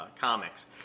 comics